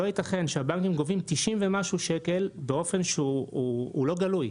לא ייתכן שהבנקים גובים 90 ומשהו שקל באופן שהוא לא גלוי.